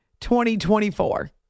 2024